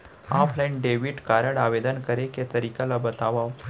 Offline debit card आवेदन करे के तरीका ल बतावव?